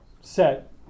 set